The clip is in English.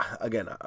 again